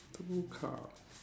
two car